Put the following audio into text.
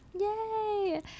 Yay